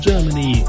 Germany